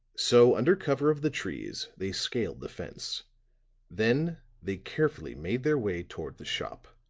so under cover of the trees they scaled the fence then they carefully made their way toward the shop.